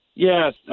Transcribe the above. Yes